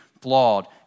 flawed